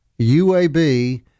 UAB